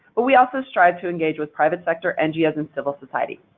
but we also strive to engage with private sector, ngos, and civil society.